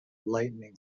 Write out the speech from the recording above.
lightning